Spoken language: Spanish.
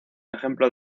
ejemplo